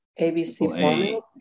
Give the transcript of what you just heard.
ABC